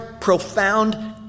profound